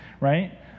right